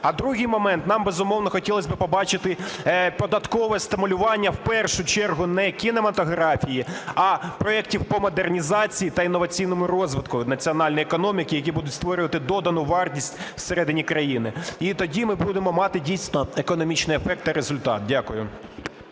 А другий момент. Нам, безумовно, хотілось би побачити податкове стимулювання в першу чергу не кінематографії, а проектів по модернізації та інноваційному розвитку національної економіки, які будуть створювати додану вартість всередині країни. І тоді ми будемо мати дійсно економічний ефект та результат. Дякую.